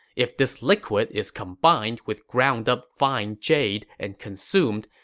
if this liquid is combined with ground-up fine jade and consumed,